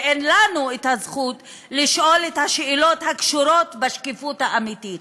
ואין לנו את הזכות לשאול את השאלות הקשורות בשקיפות האמיתית.